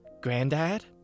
Grandad